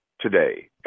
today